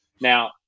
Now